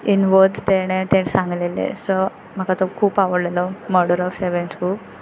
in words ताणें सांगलेलें so म्हाका तो खूब आवडललो मर्डर ऑफ सॅवेन बूक